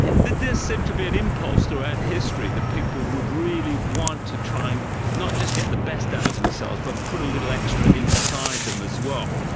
does seem to be an impulse throughout history that people would really want to try and not just get the best out of themselves, but put a little extra inside them as well.